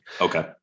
Okay